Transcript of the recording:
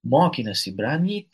mokinasi bramyt